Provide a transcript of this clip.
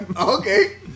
Okay